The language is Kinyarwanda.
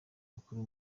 mukuru